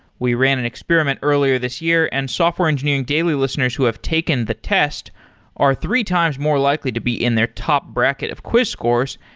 we ran an experiment earlier this year and software engineering daily listeners who have taken the test are three times more likely to be in their top bracket of quiz scores.